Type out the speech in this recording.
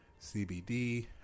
CBD